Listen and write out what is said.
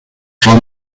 for